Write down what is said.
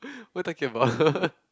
what you talking about